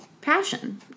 passion